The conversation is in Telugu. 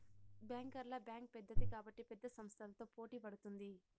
బ్యాంకర్ల బ్యాంక్ పెద్దది కాబట్టి పెద్ద సంస్థలతో పోటీ పడుతుంది